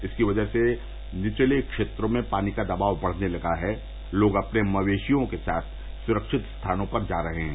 इसकी वजह से निचले क्षेत्रों में पानी का दबाव बढ़ने लगा है लोग अपने मवेषियों के साथ सुरक्षित स्थानों पर जा रहे हैं